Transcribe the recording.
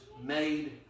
made